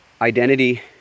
identity